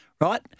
right